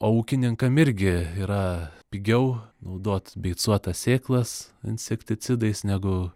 o ūkininkam irgi yra pigiau naudot beicuotas sėklas insekticidais negu